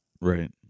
Right